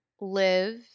live